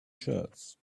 shirts